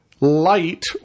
light